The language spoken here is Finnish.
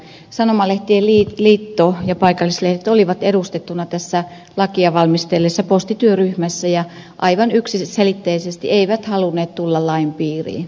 sanomalehtien liitto ja paikallislehdet olivat edustettuna tässä lakia valmistelleessa postityöryhmässä ja aivan yksiselitteisesti eivät halunneet tulla lain piiriin